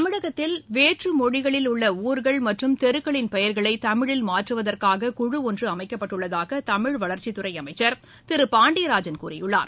தமிழகத்தில் வேற்று மொழிகளில் உள்ள ஊர்கள் மற்றும் தெருக்களின் பெயர்களை தமிழில் மாற்றுவதற்காக குழு ஒன்று அமைக்கப்பட்டுள்ளதாக தமிழ் வளர்ச்சித் துறை அமைச்சர் திரு பாண்டியராஜன் கூறியுள்ளார்